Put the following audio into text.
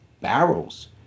barrels